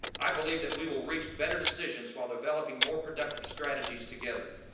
i believe that we will reach better decisions while developing more productive strategies together.